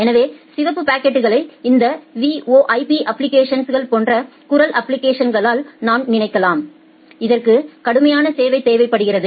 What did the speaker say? எனவே சிவப்பு பாக்கெட்களை இந்த VoIP அப்ப்ளிகேஷன்ஸ் போன்ற குரல் அப்ப்ளிகேஷன்ஸ்களாக நாம் நினைக்கலாம் இதற்கு கடுமையான சேவை தேவைப்படுகிறது